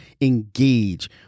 engage